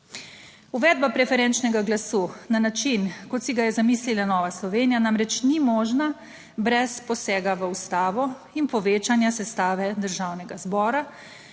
Uvedba preferenčnega glasu na način, kot si ga je zamislila Nova Slovenija, namreč ni možna brez posega v Ustavo in povečanja sestave Državnega zbora.